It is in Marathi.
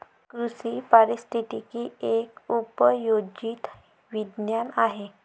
कृषी पारिस्थितिकी एक उपयोजित विज्ञान आहे